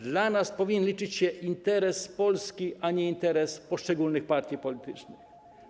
Dla nas powinien liczyć się interes Polski, a nie interes poszczególnych partii politycznych.